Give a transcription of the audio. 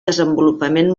desenvolupament